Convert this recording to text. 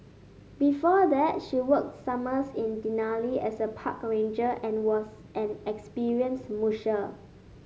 before that she worked summers in Denali as a park ranger and was an experienced musher